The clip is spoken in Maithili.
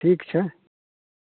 ठीक छै